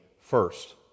first